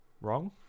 wrong